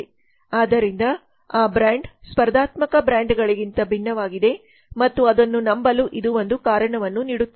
ಆದ್ದರಿಂದ ಆ ಬ್ರ್ಯಾಂಡ್ ಸ್ಪರ್ಧಾತ್ಮಕ ಬ್ರ್ಯಾಂಡ್ಗಳಿಗಿಂತ ಭಿನ್ನವಾಗಿದೆ ಮತ್ತು ಅದನ್ನು ನಂಬಲು ಇದು ಒಂದು ಕಾರಣವನ್ನು ನೀಡುತ್ತದೆ